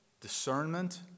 discernment